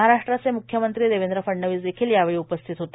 महाराष्ट्राचे मुख्यमंत्री देवेंद्र फडणवीस देखील यावेळी उपस्थित होते